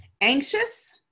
anxious